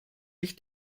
dich